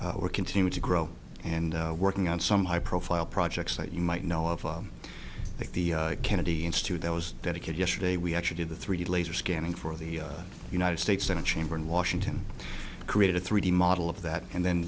and we're continuing to grow and working on some high profile projects that you might know of at the kennedy institute that was that a kid yesterday we actually did the three laser scanning for the united states senate chamber in washington created a three d model of that and then